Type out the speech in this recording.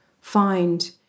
find